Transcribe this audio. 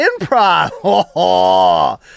improv